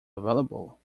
available